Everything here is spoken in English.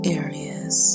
areas